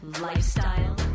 lifestyle